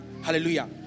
Hallelujah